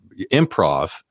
improv